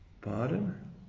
Pardon